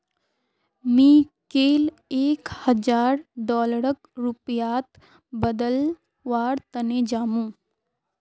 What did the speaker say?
मी कैल एक हजार डॉलरक रुपयात बदलवार तने जामु